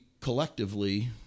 collectively